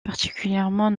particulièrement